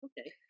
okay